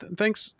thanks